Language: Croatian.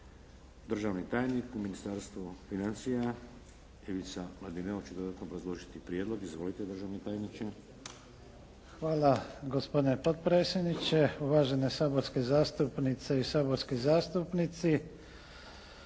Držani tajnik u Ministarstvu financija Ivica Mladineo će dodatno obrazložiti prijedlog. Izvolite držani tajniče. **Mladineo, Ivica** Hvala gospodine potpredsjedniče, uvažene saborske zastupnice i saborski zastupnici.